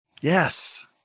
Yes